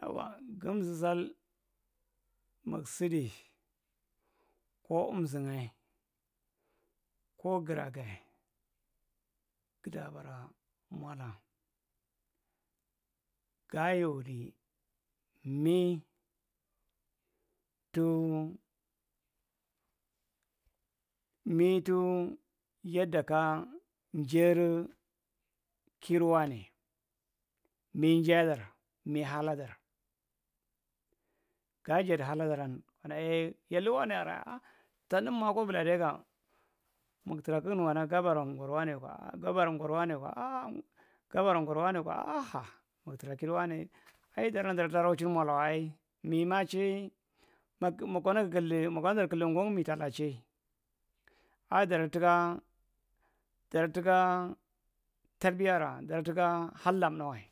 Yawa gumsusal mug sudi ko umsungae ko guraa ghae guda barra mola ga’yaudi mi tii mitu yadda ka jer’uu kir waanae mi jae’dar nir’haladar gaajaddi haladaran kana ar yalir wanae arrae aah tanda mant’kwa buladeka muktra kugu’nukana gabara ngwar wanae’kwa gabara ngwar wanae’kwa gabara ngwar wanae’kwa muktra kir wanae ai jaran’jara’daa rochin molawae ai mimaa cheni mak mukana gir’killi makana dar’killi ngwa mi talaa’chae daradi tikka daradi tikka tarbiyara daradi tikka halla’mta’wae